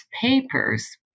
papers